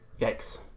Yikes